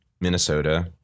Minnesota